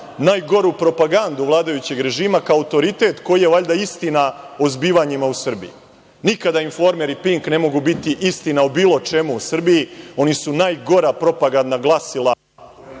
najgoru propagandu vladajućeg režima kao autoritet koji je valjda istina o zbivanjima u Srbiji. Nikada „Informer“ i Pink ne mogu biti istina o bilo čemu u Srbiji. Oni su najgora propagandna glasila